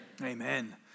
Amen